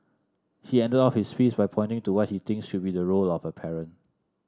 he ended off his piece by pointing to what he thinks should be the role of a parent